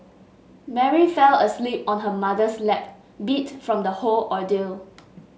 Mary fell asleep on her mother's lap beat from the whole ordeal